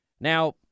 Now